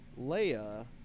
Leia